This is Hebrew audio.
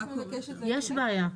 יש בעיה.